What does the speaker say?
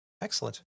excellent